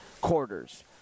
quarters